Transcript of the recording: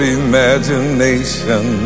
imagination